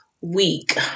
week